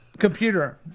computer